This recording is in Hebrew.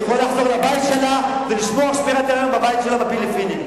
היא יכולה לחזור לבית שלה ולשמור שמירת היריון בבית שלה בפיליפינים.